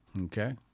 Okay